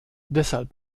deshalb